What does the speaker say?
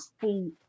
full